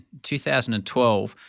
2012